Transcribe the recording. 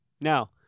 Now